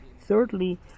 Thirdly